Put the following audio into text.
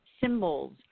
symbols